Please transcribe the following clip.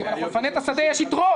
אז אם אנחנו נפנה את השדה יש יתרות,